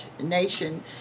nation